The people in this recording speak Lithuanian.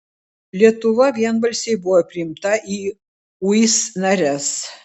lietuva vienbalsiai buvo priimta į uis nares